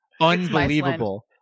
Unbelievable